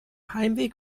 heimweg